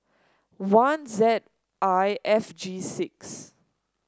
one Z I F G six